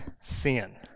sin